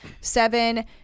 seven